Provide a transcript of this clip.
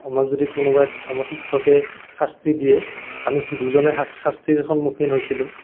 আমাক যদি কোনোবাই আমাক শিক্ষকে শাস্তি দিয়ে আমি দুজনে শাস্তিৰ সন্মুখীন হৈছিলোঁ